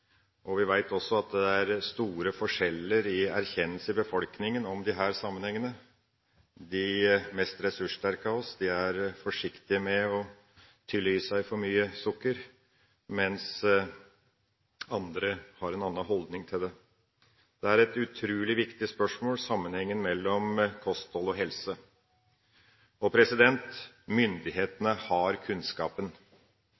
og en god helse. Vi veit også at det er store forskjeller i befolkninga når det gjelder å erkjenne disse sammenhengene. De mest ressurssterke er forsiktige med å tylle i seg for mye sukker, mens andre har en annen holdning til det. Sammenhengen mellom kosthold og helse er utrolig viktig.